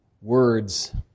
words